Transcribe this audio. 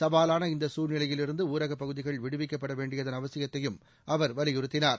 சவாலான இந்த சூழ்நிலையிலிருந்து ஊரகப் பகுதிகள் விடுவிக்கப்பட வேண்டியதன் அவசியத்தையும் அவர் வலியுறுத்தினார்